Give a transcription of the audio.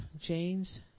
James